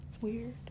weird